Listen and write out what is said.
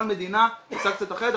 כל מדינה עושה קצת אחרת,